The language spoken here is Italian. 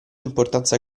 importanza